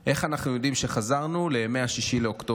איך אנחנו יודעים שחזרנו לימי 6 באוקטובר,